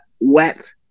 wet